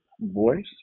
voice